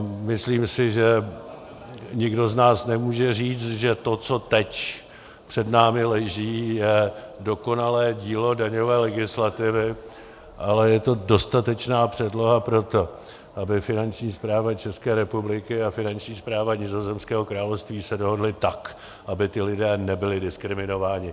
Myslím si, že nikdo z nás nemůže říct, že to, co teď před námi leží, je dokonalé dílo daňové legislativy, ale je to dostatečná předloha pro to, aby Finanční správa České republiky a Finanční správa Nizozemského království se dohodly tak, aby ti lidé nebyli diskriminováni.